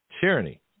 Tyranny